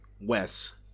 Wes